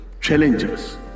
challenges